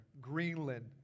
Greenland